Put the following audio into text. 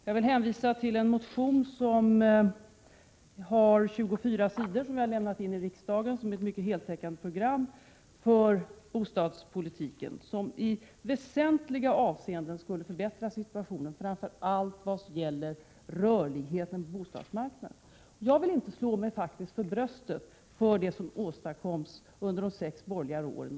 Jag vill hänvisa till en motion på 24 sidor som jag har lämnat in till riksdagen. Den innehåller ett mycket heltäckande program för bostadspolitiken, som i väsentliga avseenden skulle förbättra situationen, framför allt vad gäller rörligheten på bostadsmarknaden. Jag vill faktiskt inte slå mig för bröstet för det som åstadkoms under de sex borgerliga åren.